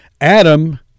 Adam